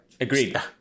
agreed